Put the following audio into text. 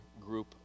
group